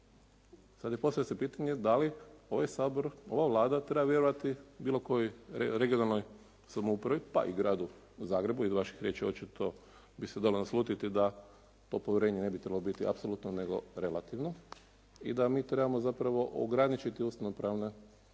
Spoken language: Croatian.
sad se postavlja pitanje da li ovaj Sabor, ova Vlada treba vjerovati bilo kojoj regionalnoj samoupravi pa i Gradu Zagrebu. Iz vaših riječi očito bi se dalo naslutiti da to povjerenje ne bi trebalo biti apsolutno nego relativno i da mi trebamo zapravo ograničiti ustavno-pravne